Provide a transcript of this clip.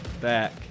back